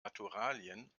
naturalien